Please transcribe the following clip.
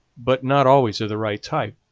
but not always of the right type.